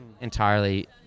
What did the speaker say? entirely